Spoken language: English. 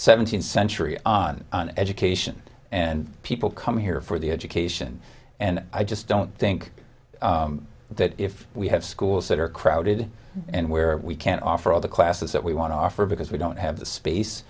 seventeenth century on an education and people come here for the education and i just don't think that if we have schools that are crowded and where we can't offer all the classes that we want to offer because we don't have the space